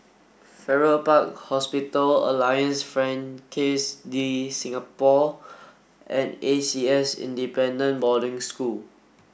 Farrer Park Hospital Alliance Francaise de Singapour and A C S Independent Boarding School